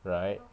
right